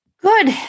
Good